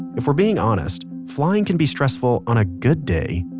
if we're being honest flying can be stressful on a good day!